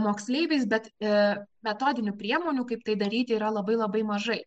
moksleiviais bet ė metodinių priemonių kaip tai daryti yra labai labai mažai